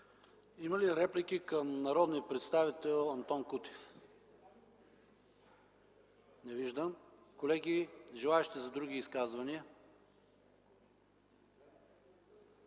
Има ли реплики към народния представител Антон Кутев? Не виждам. Желаещи за други изказвания,